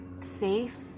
safe